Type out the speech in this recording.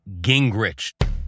Gingrich